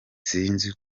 sinzi